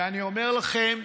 ואני אומר לכם,